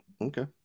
okay